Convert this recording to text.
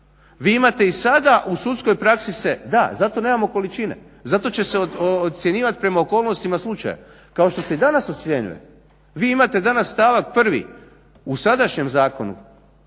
Vi imate i sada u sudskoj praksi set. Da zato nemamo količine, zato će ocjenjivat prema okolnostima slučaja kao što se i danas ocjenjuju. Vi imate danas stavak prvi, u sadašnjem zakonu